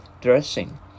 dressing